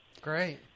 Great